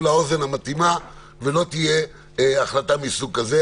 לאוזן המתאימה ולא תהיה החלטה מסוג כזה.